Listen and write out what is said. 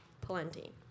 Plenty